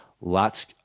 Lots